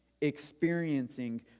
experiencing